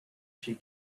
she